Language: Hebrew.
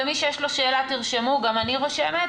ומי שיש לו שאלה שירשום, גם אני רושמת.